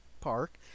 park